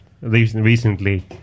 recently